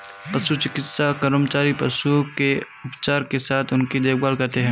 पशु चिकित्सा कर्मचारी पशुओं के उपचार के साथ उनकी देखभाल करते हैं